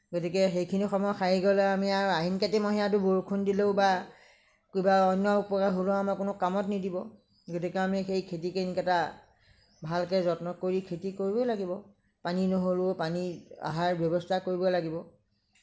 গতিকে সেইখিনি সময় হাৰি গ'লে আমি আৰু আহিন কাতি মহীয়াতো বৰষুণ দিলেও বা কিবা অন্য উপায়েৰে হ'লেও আমাৰ কামত নিদিব গতিকে আমি সেই খেতি দিনকেইটা ভালদৰে যত্ন কৰি খেতি কৰিব লাগিব পানী নহ'লেও পানী অহাৰ ব্যৱস্থা কৰিব লাগিব